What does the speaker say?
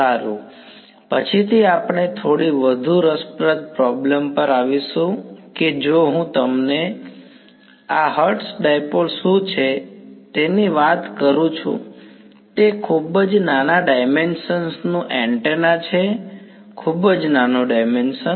સારું પછીથી આપણે થોડી વધુ રસપ્રદ પ્રોબ્લેમ પર આવીશું કે જો હું તમને આપીશ તો આ હર્ટ્ઝ ડાઈપોલ શું છે જેની હું વાત કરું છું તે ખૂબ જ નાના ડાઈમેન્સન નું એન્ટેના છે ખૂબ જ નાનું ડાઈમેન્સન